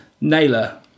Naylor